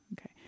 Okay